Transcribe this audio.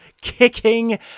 kicking